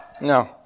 No